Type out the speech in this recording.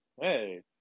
Hey